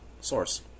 source